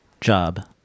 job